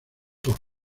autor